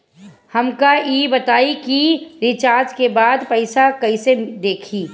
हमका ई बताई कि रिचार्ज के बाद पइसा कईसे देखी?